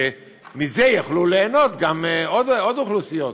שיוכלו ליהנות מזה עוד קבוצות אוכלוסייה.